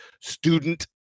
student